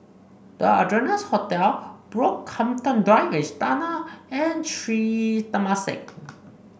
The Ardennes Hotel Brockhampton Drive Istana and Sri Temasek